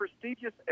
prestigious